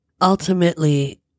Ultimately